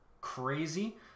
crazy